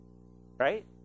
Right